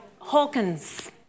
Hawkins